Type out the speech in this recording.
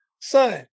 Son